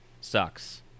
sucks